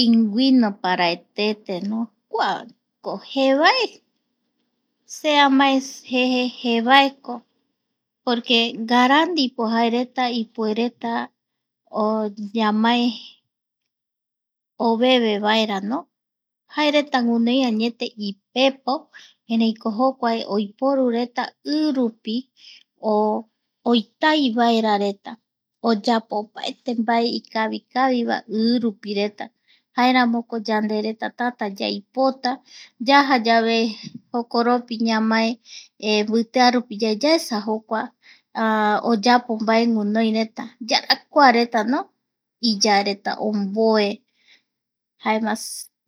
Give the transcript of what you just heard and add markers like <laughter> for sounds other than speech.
Pingüino parae teteno kua ko jevae, se amae jeje jevaeko porque ngara ndipo jaereta ipuereta <hesitation> ñamae (pausa) oveve vaera no, jaereta guinoi añete ipepo, ereiko jokua oiporureta i rupi <hesitation> oitai vaerareta oyapo opaete mbae ikavi, kavivaereta, i rupireta jaeramoko yandereta tanta yaipota, yaja yave jokoropi ñamae <hesitation> mbitearupi yave yaesa <hesitation> jokuae <hesitation> oyapo mbae guinoireta yarakua retano iya reta omboe jaema